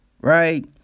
right